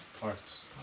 parts